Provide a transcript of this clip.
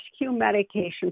medication